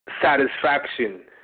satisfaction